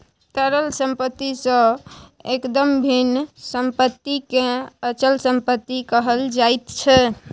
तरल सम्पत्ति सँ एकदम भिन्न सम्पत्तिकेँ अचल सम्पत्ति कहल जाइत छै